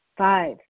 Five